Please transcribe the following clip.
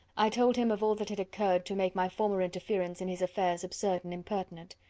i told him of all that had occurred to make my former interference in his affairs absurd and impertinent.